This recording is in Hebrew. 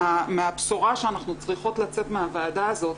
מהבשורה שאנחנו צריכות לצאת מהוועדה הזאת,